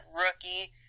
rookie